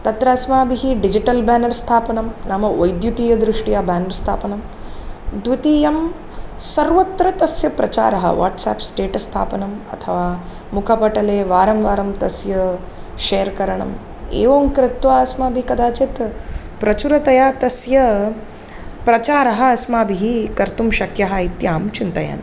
तत्र अस्माभिः digital banner स्थापनं नाम वैद्युतीयदृष्ट्या बेनर् स्थापनं द्वितीयं सर्वत्र तस्य प्रचारः वाट्सेप् स्टेटस् स्थापनम् अथवा मुखपटले वारं वारं तस्य शेर् करणम् एवं कृत्वा अस्माभिः कदाचित् प्रचुरतया तस्य प्रचारः अस्माभिः कर्तुं शक्यः इत्यहं चिन्तयामि